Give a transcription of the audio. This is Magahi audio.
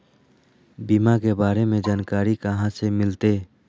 बीमा के बारे में जानकारी कहा से मिलते?